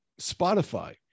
Spotify